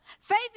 Faith